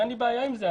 אין לי בעיה עם זה.